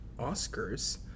Oscars